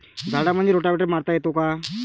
झाडामंदी रोटावेटर मारता येतो काय?